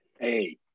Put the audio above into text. Hey